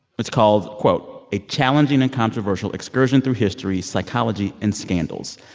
it's called, quote, a challenging and controversial excursion through history, psychology and scandals.